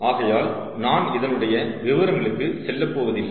ஆகையால் நான் இதனுடைய விவரங்களுக்கு செல்லப் போவதில்லை